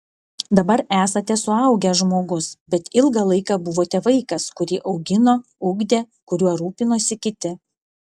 dabar esate suaugęs žmogus bet ilgą laiką buvote vaikas kurį augino ugdė kuriuo rūpinosi kiti